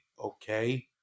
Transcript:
okay